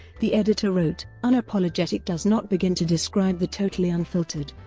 the editor wrote unapologetic does not begin to describe the totally unfiltered